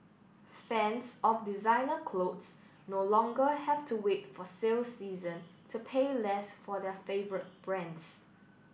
fans of designer clothes no longer have to wait for sale season to pay less for their favourite brands